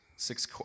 Six